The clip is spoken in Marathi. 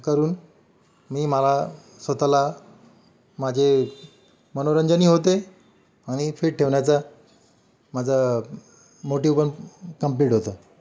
करून मी मला स्वतःला माझे मनोरंजनही होते आणि फिट ठेवण्याचा माझं मोटिव्ह पण कम्प्लीट होतं